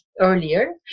earlier